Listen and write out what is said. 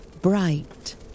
Bright